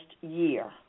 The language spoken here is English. year